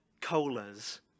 colas